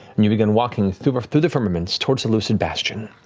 and you begin walking through through the firmaments towards the lucid bastion.